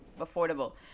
affordable